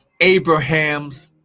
Abraham's